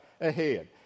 ahead